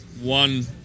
One